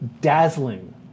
dazzling